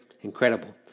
incredible